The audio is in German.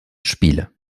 spiele